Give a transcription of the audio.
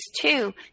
two